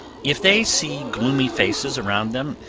if they see gloomy faces around them,